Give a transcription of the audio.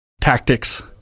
Tactics